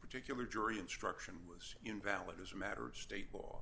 particular jury instruction was invalid as a matter of state law